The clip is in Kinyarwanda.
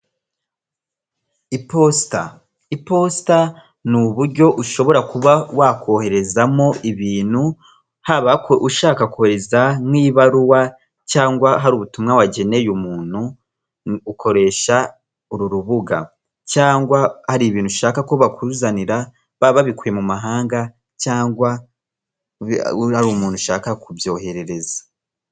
Iposita, iposita ni uburyo ushobora kuba wakoherezamo ibintu haba ushaka kohereza nk'ibaruwa cyangwa hari ubutumwa wageneye umuntu ukoresha uru rubuga cyangwa ari ibintu ushaka ko bakuzanira baba babikuye mu mahanga cyangwa hari umuntu ushaka kubyoherereza.